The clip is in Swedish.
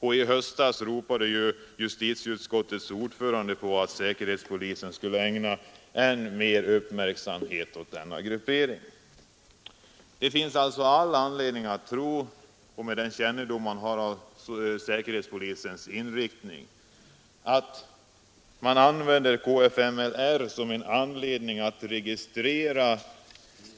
Och i höstas ropade ju justitieutskottets ordförande på att säkerhetspolisen skulle ägna ännu större uppmärksamhet åt denna gruppering. Med den kännedom om säkerhetspolisens inriktning vi har finns det all anledning att tro att kfmi används som en anledning att registrera